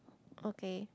okay